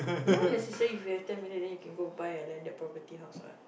not necessary if we have ten million then you can buy a landed property house what